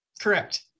Correct